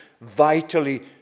vitally